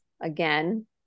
Again